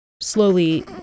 slowly